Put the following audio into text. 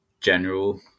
general